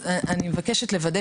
אני מבקשת לוודא